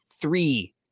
three